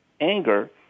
anger